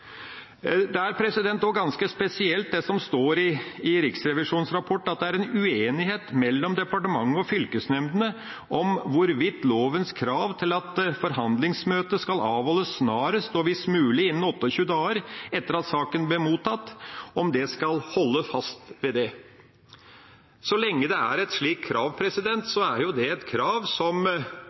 Det er også ganske spesielt, det som står i Riksrevisjonens rapport: «Undersøkelsen viser at det er en uenighet mellom departementet og fylkesnemndene om hvorvidt lovens krav til at forhandlingsmøte skal avholdes snarest og hvis mulig innen 28 dager etter at saken ble mottatt i nemnda, er realistisk eller ikke.» Så lenge det er et slikt krav, er jo det et krav som